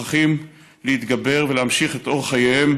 מוכרחים להתגבר ולהמשיך את אורח חייהם